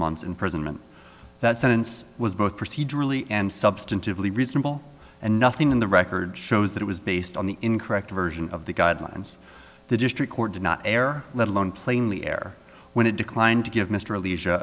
months in prison meant that sentence was both procedurally and substantively reasonable and nothing in the record shows that it was based on the incorrect version of the guidelines the district court did not err let alone plainly air when it declined to give mr